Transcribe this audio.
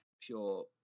pure